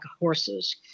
horses